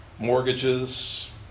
mortgages